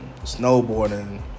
snowboarding